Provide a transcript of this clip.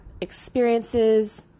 experiences